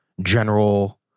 general